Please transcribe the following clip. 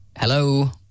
Hello